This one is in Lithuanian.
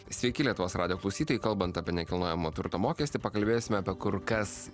sveiki lietuvos radijo klausytojai kalbant apie nekilnojamo turto mokestį pakalbėsime apie kur kas